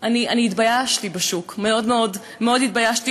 אני התביישתי בשוק, מאוד מאוד התביישתי.